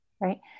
right